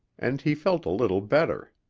and he felt a little better.